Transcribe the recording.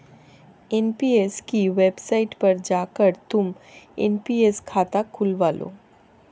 NPS की website पर जाकर तुम एन.पी.एस खाता खुलवा लो